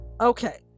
Okay